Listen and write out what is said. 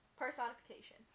personification